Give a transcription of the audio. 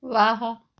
वाह